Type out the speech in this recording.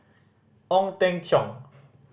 Ong Teng Cheong